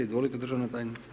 Izvolite državna tajnice.